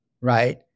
right